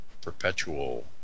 perpetual